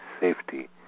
safety